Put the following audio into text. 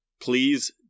please